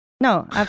no